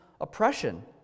oppression